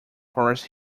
forest